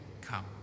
come